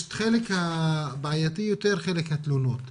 יש את החלק הבעייתי יותר, החלק של התלונות.